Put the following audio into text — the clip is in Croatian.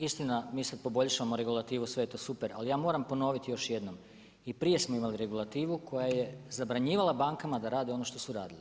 Istina, mi sad poboljšavamo regulativu, sve je to super, ali ja moram ponoviti još jednom i prije smo imali regulativu koja je zabranjivala bankama da rade ono što su radile.